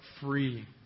free